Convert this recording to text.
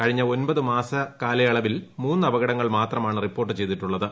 കഴിഞ്ഞ ഒൻപത് മാസക്കാലയളവിൽ മൂന്ന് അപക്ടങ്ങൾ മാത്രമാണ് റിപ്പോർട്ട് ചെയ്തിട്ടുള്ളത്